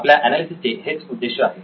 आपल्या एनालिसिस चे हेच उद्देश्य आहे